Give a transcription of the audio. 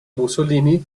mussolini